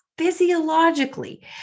physiologically